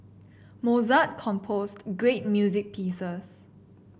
Mozart composed great music pieces